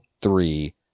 three